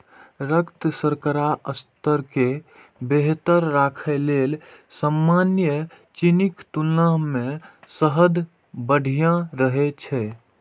रक्त शर्करा स्तर कें बेहतर राखै लेल सामान्य चीनीक तुलना मे शहद बढ़िया रहै छै